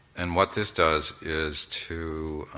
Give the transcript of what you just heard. and what this does is to